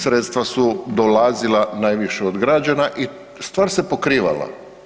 Sredstva su dolazila najviše od građana i stvar se pokrivala.